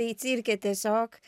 tai cirke tiesiog